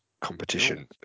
competition